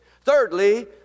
Thirdly